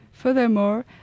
Furthermore